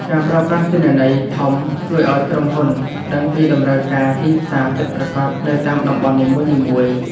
ការប្រើប្រាស់ទិន្នន័យធំ ជួយឱ្យក្រុមហ៊ុនដឹងពីតម្រូវការទីផ្សារពិតប្រាកដនៅតាមតំបន់នីមួយៗ។